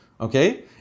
okay